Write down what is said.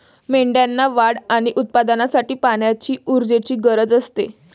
मेंढ्यांना वाढ आणि उत्पादनासाठी पाण्याची ऊर्जेची गरज असते